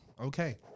Okay